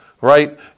right